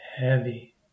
Heavy